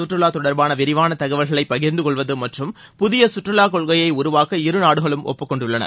கற்றுவாத் தொடர்பான விரிவான தகவல்களை பகிர்ந்துக்கொள்வது மற்றும் புதிய கற்றுலா கொள்கையை உருவாக்க இரு நாடுகளும் ஒப்புக்கொண்டுள்ளன